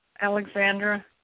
Alexandra